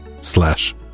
slash